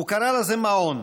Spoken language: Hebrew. הוא קרא לזה מעון,